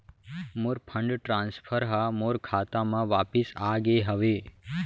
मोर fund transfer हा मोर खाता मा वापिस आ गे हवे